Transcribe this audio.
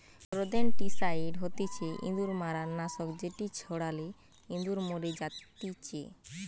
rodenticide হতিছে ইঁদুর মারার নাশক যেটি ছড়ালে ইঁদুর মরি জাতিচে